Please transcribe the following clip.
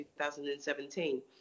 2017